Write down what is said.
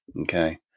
Okay